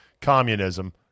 communism